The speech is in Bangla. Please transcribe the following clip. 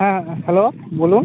হ্যাঁ হ্যালো বলুন